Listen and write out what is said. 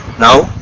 now,